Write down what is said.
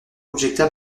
objecta